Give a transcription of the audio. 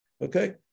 Okay